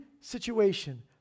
situation